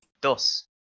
Dos